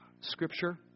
Scripture